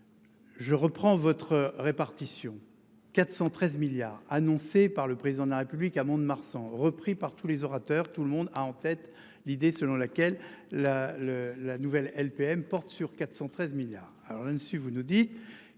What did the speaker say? Je reprends votre répartition 413 milliards annoncé par le président de la République à Mont-de-Marsan, repris par tous les orateurs, tout le monde a en tête l'idée selon laquelle la le la nouvelle LPM porte sur 413 milliards.